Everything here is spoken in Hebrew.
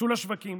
תצאו לשווקים,